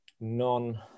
non